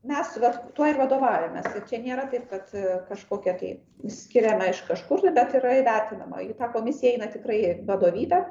mes vat tuo ir vadovaujamės čia nėra taip kad kažkokia kai skiriama iš kažkur bet yra įvertinama į tą komisiją įeina tikrai vadovybė